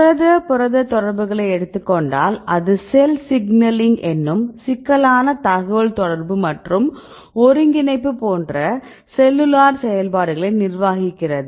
புரத புரத தொடர்புகளை எடுத்துக் கொண்டால் அது செல் சிக்னலிங் என்னும் சிக்கலான தகவல் தொடர்பு மற்றும் ஒருங்கிணைப்பு போன்ற செல்லுலார் செயல்பாடுகளை நிர்வகிக்கிறது